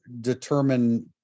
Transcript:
determine